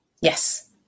Yes